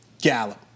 Gallup